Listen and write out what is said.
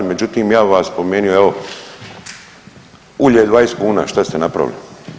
Međutim, ja bi vam spomenuo evo ulje je 20 kuna, šta ste napravili?